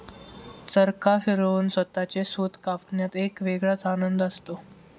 चरखा फिरवून स्वतःचे सूत कापण्यात एक वेगळाच आनंद असतो